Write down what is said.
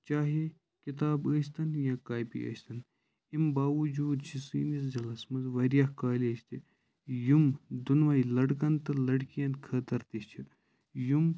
چاہے کِتاب ٲسۍ تَن یا کاپِی ٲسۍ تَن یِم باوُجُوٗد چھِ سٲنِس ضِلعس منٛز واریاہ کالج تہِ یِم دُۄنوَے لٔڑکَن تہٕ لٔڑکِیَن خٲطرٕ تہِ چھِ یِم